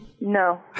no